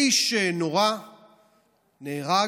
האיש נורה, נהרג,